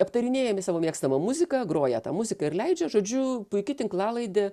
aptarinėjami savo mėgstamą muziką groja tą muziką ir leidžia žodžiu puiki tinklalaidė